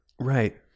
Right